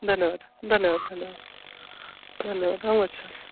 धन्यवादः धन्यवादः धन्यवादः धन्यवादः अहं गच्छामि